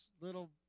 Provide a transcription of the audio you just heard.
little